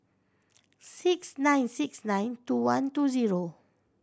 six nine six nine two one two zero